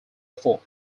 fort